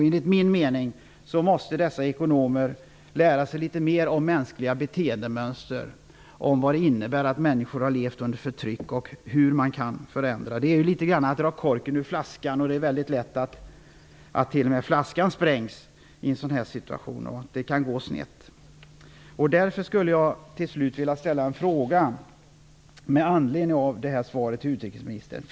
Enligt min mening måste dessa ekonomer lära sig litet mera om mänskliga beteendemönster, vad det innebär att människor har levt under förtryck och hur man kan göra förändringar. Det är ungefär som att dra korken ur flaskan. Det är då mycket lätt hänt att t.o.m. flaskan sprängs. Det kan gå snett. Avslutningsvis skulle jag därför vilja ställa en fråga med anledning av utrikesministerns svar.